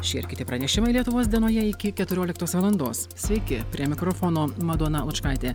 šie ir kiti pranešimai lietuvos dienoje iki keturioliktos valandos sveiki prie mikrofono madona lučkaitė